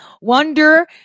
wonder